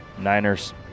Niners